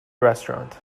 restaurant